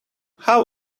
how